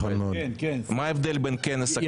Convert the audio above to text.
מה ההבדל בין כנס הכנסת --- כן,